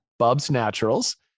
bubsnaturals